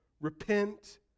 Repent